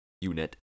unit